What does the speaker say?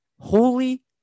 Holy